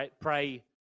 pray